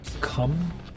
come